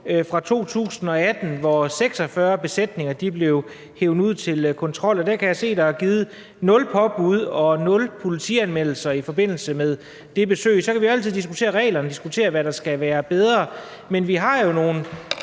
fra 2018, hvor 46 besætninger blev hevet ud til kontrol, og der kan jeg se, at der er givet nul påbud og nul politianmeldelser i forbindelse med det besøg. Så kan vi jo altid diskutere reglerne og diskutere, hvad der skal være bedre, men ifølge